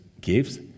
gives